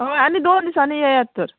हय आनी दोन दिसांनी येयात तर